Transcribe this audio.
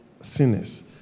sinners